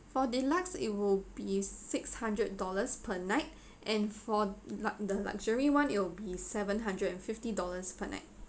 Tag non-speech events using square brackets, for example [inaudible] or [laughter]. for deluxe it will be six hundred dollars per night [breath] and for luck the luxury one it'll be seven hundred and fifty dollars per night